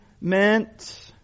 meant